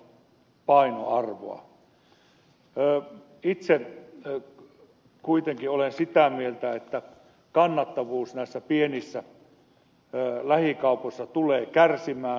itse kuitenkin olen sitä mieltä että kannattavuus näissä pienissä lähikaupoissa tulee kärsimään